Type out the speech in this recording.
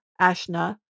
Ashna